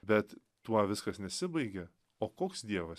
bet tuo viskas nesibaigia o koks dievas